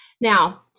Now